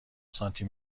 سانتی